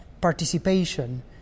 participation